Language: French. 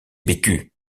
bécu